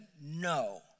no